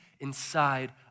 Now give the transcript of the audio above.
inside